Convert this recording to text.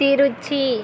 Trichy